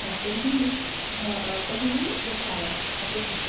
हा तर्हि ब बहिः गच्छावः आगच्छतु